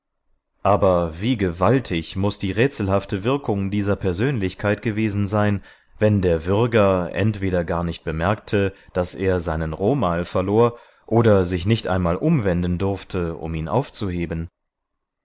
aber wie gewaltig muß die rätselhafte wirkung dieser persönlichkeit gewesen sein wenn der würger entweder gar nicht bemerkte daß er seinen romal verlor oder sich nicht einmal umwenden durfte um ihn aufzuheben